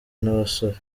n’abasore